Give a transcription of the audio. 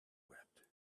wept